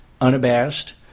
unabashed